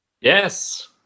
Yes